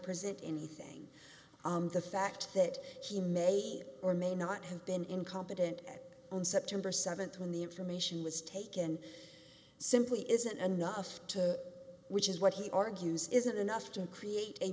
present anything on the fact that he may or may not have been incompetent at on september th when the information was taken simply isn't enough to which is what he argues isn't enough to create a